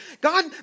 God